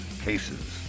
cases